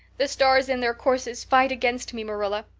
the stars in their courses fight against me, marilla.